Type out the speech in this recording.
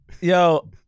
Yo